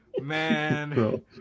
Man